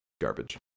garbage